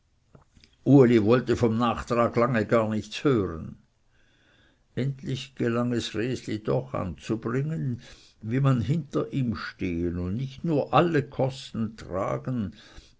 uli wollte vom nachtrag lange gar nichts hören endlich gelang es resli doch anzubringen wie man hinter ihm stehen und nicht nur alle kosten tragen